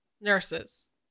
nurses